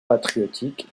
patriotique